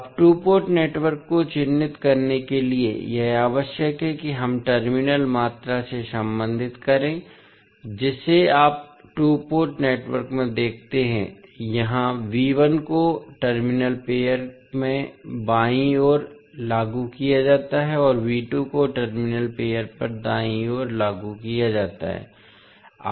अब two port network को चिह्नित करने के लिए यह आवश्यक है कि हम टर्मिनल मात्रा से संबंधित करें जिसे आप टू पोर्ट नेटवर्क में देखते हैं यहां को टर्मिनल पेअर में बाईं ओर लागू किया जाता है और को टर्मिनल पेअर पर दाएं ओर लागू किया जाता है